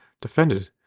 defended